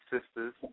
sisters